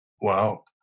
Wow